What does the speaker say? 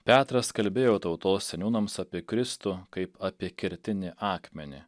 petras kalbėjo tautos seniūnams apie kristų kaip apie kertinį akmenį